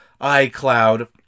iCloud